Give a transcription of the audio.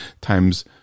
Times